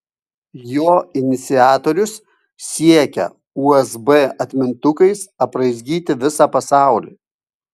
jo iniciatorius siekia usb atmintukais apraizgyti visą pasaulį